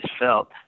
felt